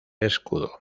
escudo